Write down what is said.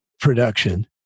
production